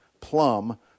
plum